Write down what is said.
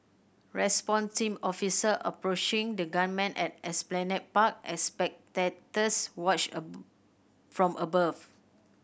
response team officers approaching the gunman at Esplanade Park as spectators watch a from above